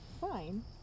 fine